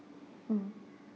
mm